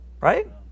Right